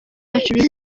records